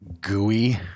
gooey